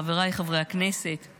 חבריי חברי הכנסת,